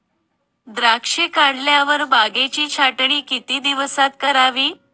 द्राक्षे काढल्यावर बागेची छाटणी किती दिवसात करावी?